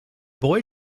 boy